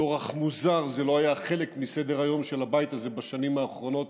באורח מוזר זה לא היה חלק מסדר-היום של הבית הזה בשנים האחרונות,